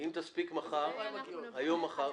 אם תספיק מחר, היום או מחר.